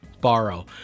borrow